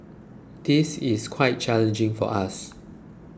this is quite challenging for us